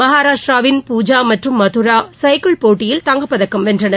மகாராஷ்டிராவின் பூஜா மற்றும் மதரா சைக்கிள் போட்டியில் தங்கப்பதக்கம் வென்றனர்